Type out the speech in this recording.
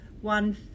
one